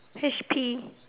H_P